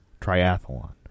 triathlon